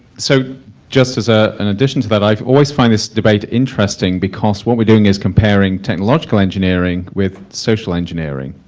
so just as ah an addition to that i always find this debate interesting because what we are doing is comparing technological engineering with social engineering,